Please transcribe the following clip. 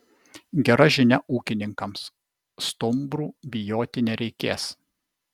gera žinia ūkininkams stumbrų bijoti nereikės